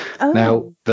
Now